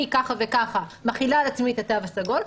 אני ככה וככה מחילה על עצמי את התו הסגול.